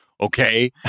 okay